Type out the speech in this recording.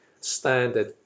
standard